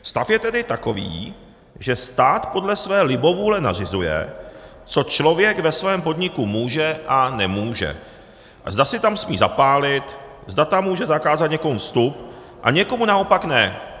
Stav je tedy takový, že stát podle své libovůle nařizuje, co člověk ve svém podniku může a nemůže a zda si tam smí zapálit, zda tam může zakázat někomu vstup a někomu naopak ne.